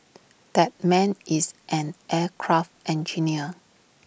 that man is an aircraft engineer